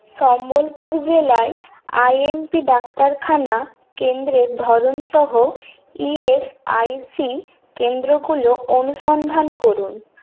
সম্বলপুর জেলায় আইএমপি ডাক্তারখানা কেন্দ্রের ধরন সহ ইএসআইসি কেন্দ্রগুলো অনুসন্ধান করুন